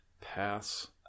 Pass